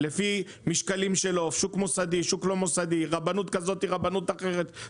זה חוק לא הגיוני כי כל מערכת מתאמת את הכמויות שלה.